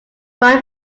brian